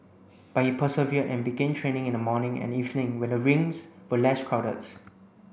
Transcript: but he persevered and began training in the morning and evening when the rinks were less crowdeds